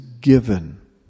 given